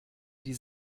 die